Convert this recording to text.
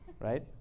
Right